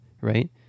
right